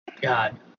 God